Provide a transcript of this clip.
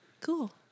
Cool